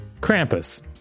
Krampus